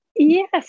Yes